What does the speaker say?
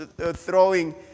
throwing